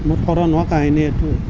মোৰ শৰণ হোৱা কাহিনী এইটো